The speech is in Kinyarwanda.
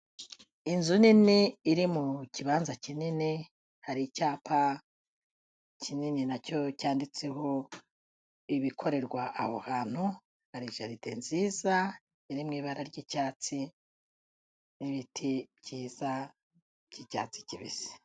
Inzu nini iri mu kibanza kinini, hari icyapa kinini nacyo cyanditseho ibikorerwa aho hantu, hari jaride nziza iri mu ibara ry'icyatsi n'ibiti byiza by'icyatsi kibisi.